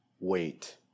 wait